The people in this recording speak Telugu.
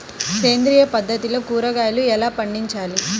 సేంద్రియ పద్ధతిలో కూరగాయలు ఎలా పండించాలి?